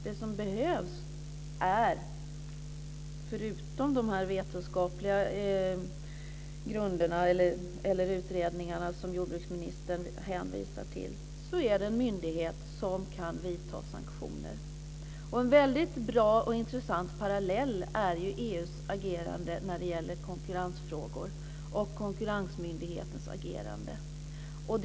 Det som behövs, förutom de vetenskapliga grunderna eller utredningarna som jordbruksministern hänvisar till, är en myndighet som kan vidta sanktioner. En väldigt bra och intressant parallell är EU:s och konkurrensmyndighetens agerande i konkurrensfrågor.